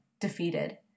defeated